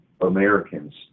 Americans